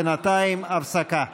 בינתיים, הפסקה.